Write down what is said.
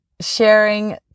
sharing